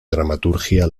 dramaturgia